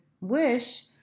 wish